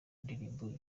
indirimbo